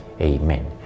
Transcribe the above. Amen